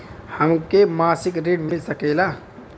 हमके मासिक ऋण मिल सकेला?